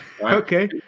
Okay